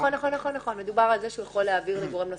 נכון, מדובר על זה שהוא יכול להעביר גורם נוסף.